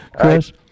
Chris